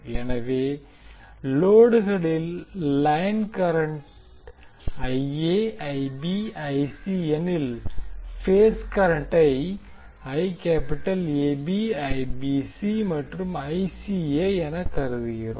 எனவே லோடுகளில் line current எனில் பேஸ் கரண்டை மற்றும் எனக் கருதுகிறோம்